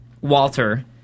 Walter